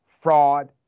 fraud